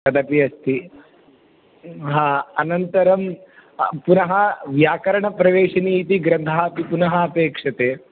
तदपि अस्ति हा अनन्तरं पुनः व्याकरणप्रवेशिनी इति ग्रन्थः अपि पुनः अपेक्ष्यते